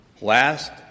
Last